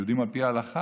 שהם יהודים על פי ההלכה,